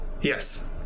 Yes